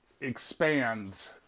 expands